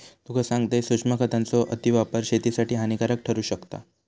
तुका सांगतंय, सूक्ष्म खतांचो अतिवापर शेतीसाठी हानिकारक ठरू शकता